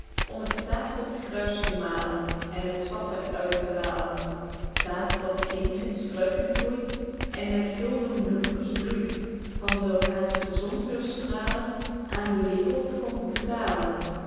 om het zaed tot gruis te malen en het zap er uit te halen t zaed dat ginds in struiken groeit en met gulden bloemkes bloeit van zoo haest de zon heur stralen aen de wereld komt betalen